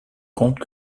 compte